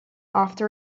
after